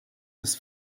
des